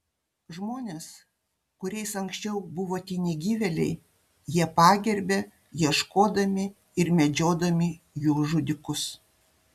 žmones kuriais anksčiau buvo tie negyvėliai jie pagerbia ieškodami ir medžiodami jų žudikus